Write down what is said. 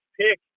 pick